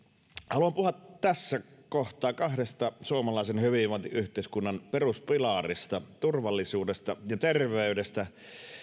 haluan puhua tässä kohtaa kahdesta suomalaisen hyvinvointiyhteiskunnan peruspilarista turvallisuudesta ja terveydestä